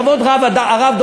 בכבוד רב,